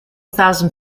thousand